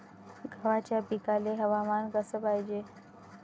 गव्हाच्या पिकाले हवामान कस पायजे?